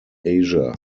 asia